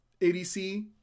ADC